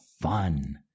Fun